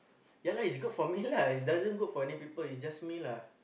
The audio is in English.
ya lah it's good for me lah it's doesn't good for any people is just me lah